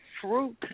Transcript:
fruit